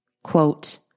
Quote